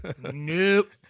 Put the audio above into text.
Nope